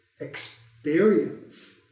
experience